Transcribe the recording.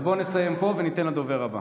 אז בוא נסיים פה וניתן לדובר הבא.